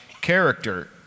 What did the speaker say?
character